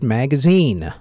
magazine